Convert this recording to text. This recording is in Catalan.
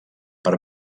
per